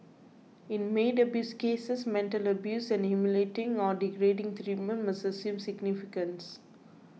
in maid abuse cases mental abuse and humiliating or degrading treatment must assume significance